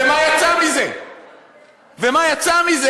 וכמה שעות אדם השקיעו בזה ומה יצא מזה?